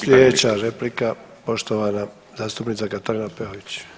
Sljedeća replika poštovana zastupnica Katarina Peović.